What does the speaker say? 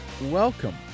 welcome